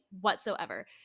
whatsoever